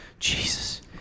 Jesus